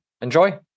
enjoy